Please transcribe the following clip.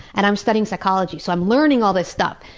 and i'm studying psychology so i'm learning all this stuff.